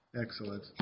Excellent